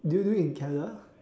did you do it in Canada